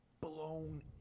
blown